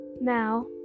Now